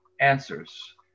answers